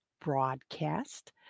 broadcast